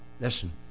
Listen